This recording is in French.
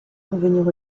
revenir